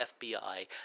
FBI